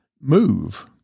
move